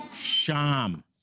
Sham